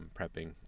prepping